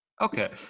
Okay